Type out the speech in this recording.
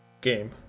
Game